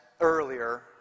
earlier